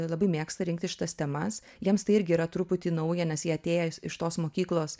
labai mėgsta rinktis šitas temas jiems tai irgi yra truputį nauja nes jie atėję iš tos mokyklos